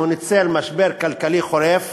הוא ניצל משבר כלכלי חולף